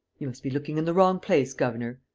you must be looking in the wrong place, governor.